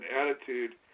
attitude